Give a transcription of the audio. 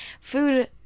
food